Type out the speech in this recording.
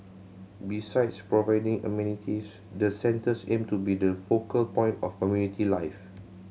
besides providing amenities the centres aim to be the focal point of community life